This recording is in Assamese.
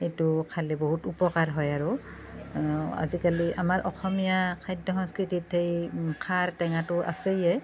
এইটো খালে বহুত উপকাৰ হয় আৰু আজিকালি আমাৰ অসমীয়া খাদ্য সংস্কৃতিত এই খাৰ টেঙাটো আছেই